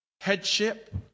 headship